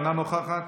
אינה נוכחת.